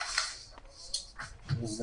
אלו